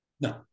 No